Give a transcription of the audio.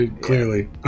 Clearly